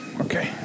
Okay